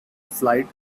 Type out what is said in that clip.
flight